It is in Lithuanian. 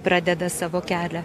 pradeda savo kelią